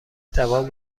توان